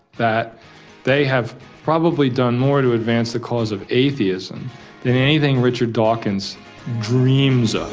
that they have probably done more to advance the cause of atheism than anything richard dawkins dreams of.